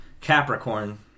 Capricorn